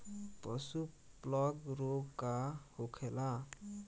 पशु प्लग रोग का होखेला?